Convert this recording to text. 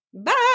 Bye